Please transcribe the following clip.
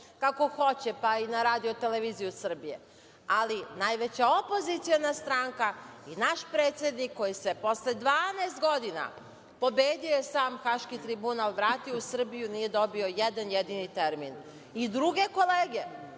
kako hoće, pa i na RTS. Ali, najveća opoziciona stranka i naš predsednik, koji se posle 12 godina, pobedio je sam Haški tribunal, vratio u Srbiju, nije dobio jedan jedini termin, i druge kolege